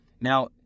Now